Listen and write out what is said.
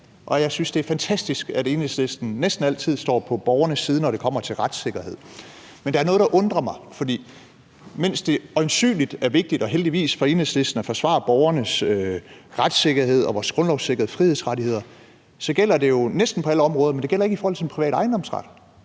Og jeg synes, det er fantastisk, at Enhedslisten næsten altid står på borgernes side, når det kommer til retssikkerhed. Men der er noget, der undrer mig, for mens det øjensynligt er vigtigt – og heldigvis – for Enhedslisten at forsvare borgernes retssikkerhed og vores grundlovssikrede frihedsrettigheder, og det gælder jo næsten på alle områder, gælder det ikke i forhold til den private ejendomsret.